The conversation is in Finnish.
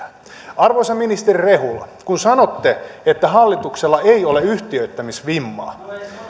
arvoisa ministeri rehula kun sanotte että hallituksella ei ole yhtiöittämisvimmaa